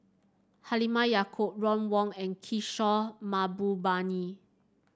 Halimah Yacob Ron Wong and Kishore Mahbubani